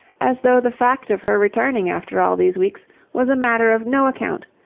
as though the fact of her returning after all these weeks was a matter of no account,